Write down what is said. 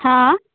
हँ